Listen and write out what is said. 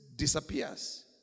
disappears